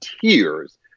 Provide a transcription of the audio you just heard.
tears